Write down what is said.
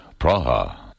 Praha